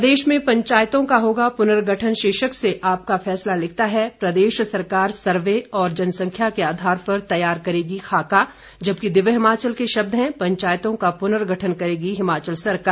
प्रदेश में पंचायतों का होगा पुनर्गठन शीर्षक से आपका फैसला लिखता है प्रदेश सरकार सर्वे और जनसंख्या के आधार पर तैयार करेगी खाका जबकि दिव्य हिमाचल के शब्द हैं पंचायतों का पुनर्गठन करेगी हिमाचल सरकार